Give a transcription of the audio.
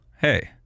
hey